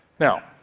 now,